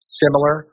similar